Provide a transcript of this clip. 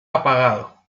apagado